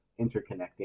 interconnecting